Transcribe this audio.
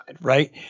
right